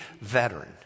veteran